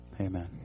Amen